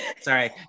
Sorry